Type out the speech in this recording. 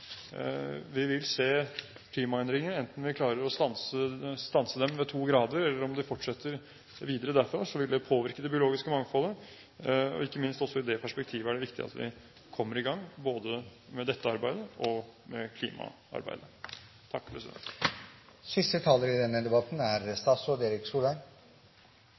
Vi vil se klimaendringer, og enten vi klarer å stanse dem ved to grader, eller det fortsetter videre derfra, vil det påvirke det biologiske mangfoldet. Ikke minst i det perspektivet er det viktig at vi kommer i gang, både med dette arbeidet og med klimaarbeidet.